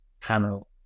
panel